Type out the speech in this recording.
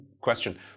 question